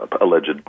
alleged